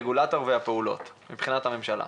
רגולטור וסדר הפעולות מבחינת הממשלה.